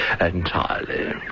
entirely